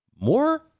More